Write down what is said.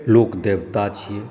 लोकदेवता छियै